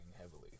heavily